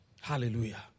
Hallelujah